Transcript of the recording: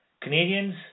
Canadians